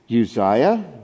Uzziah